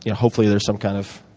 you know hopefully there's some kind of